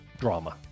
drama